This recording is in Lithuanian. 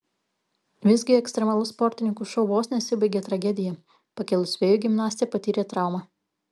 visgi ekstremalus sportininkų šou vos nesibaigė tragedija pakilus vėjui gimnastė patyrė traumą